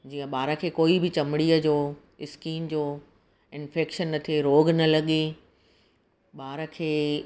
जीअं ॿार खे कोई बि चमिड़ीअ जो इस्किन जो इंफेक्शन न थिए रोॻ न लॻे ॿार खे